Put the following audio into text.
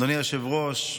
אדוני היושב-ראש,